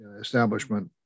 establishment